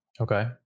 Okay